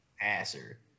passer